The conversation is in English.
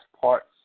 parts